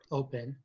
open